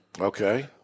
Okay